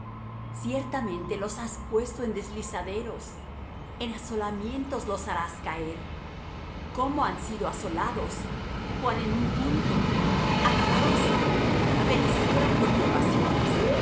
ciertamente los has puesto en deslizaderos en asolamientos los harás caer cómo han sido asolados cuán en un punto acabáronse fenecieron con turbaciones